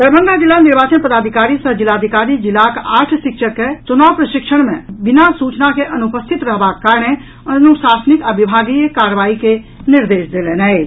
दरभंगा जिला निर्वाचन पदाधिकारी सह जिलाधिकारी जिलाक आठ शिक्षक के चुनाव प्रशिक्षण मे बिना सूचना के अनुपस्थित रहबाक कारणे अनुशासनिक आ विभागीय कार्रवाई के निर्देश देलनि अछि